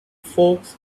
folks